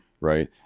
Right